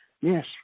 Yes